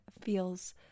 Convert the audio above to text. feels